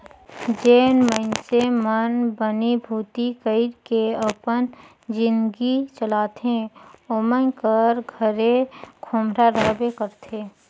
जेन मइनसे मन बनी भूती कइर के अपन जिनगी चलाथे ओमन कर घरे खोम्हरा रहबे करथे